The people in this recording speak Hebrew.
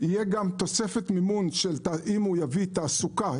תהיה תוספת מימון אם הוא יביא תעסוקה,